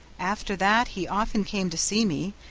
after that he often came to see me,